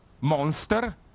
monster